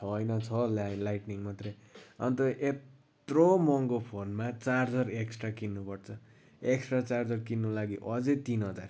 होइन छ लाई लाइट्निङ मात्रै अन्त यत्रो महँगो फोनमा चार्जर एक्सट्रा किन्नुपर्छ एक्सट्रा चार्जर किन्नुको लागि अझै तिन हजार